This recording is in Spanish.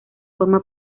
forma